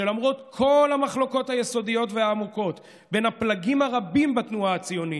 למרות כל המחלוקות היסודיות והעמוקות בין הפלגים הרבים בתנועה הציונית,